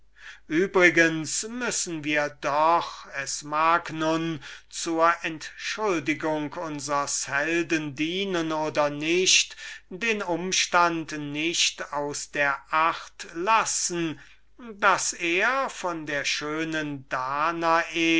übrigens müssen wir doch es mag nun zur entschuldigung unsers helden dienen oder nicht den umstand nicht aus der acht lassen daß er von der schönen danae